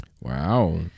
Wow